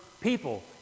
people